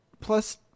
plus